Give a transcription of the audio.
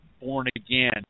born-again